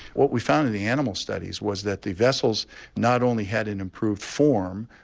what we found in the animal studies was that the vessels not only had an improved form,